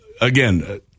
again